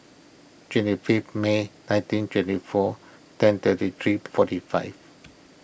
twenty fifth May nineteen twenty four ten thirty three forty five